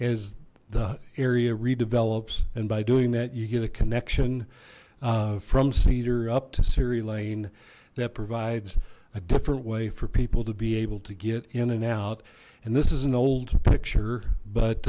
as the area redevelops and by doing that you get a connection from schneider up to surrey lane that provides a different way for people to be able to get in and out and this is an old picture but